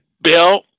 Bill